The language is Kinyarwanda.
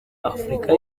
afurika